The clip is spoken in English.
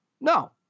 No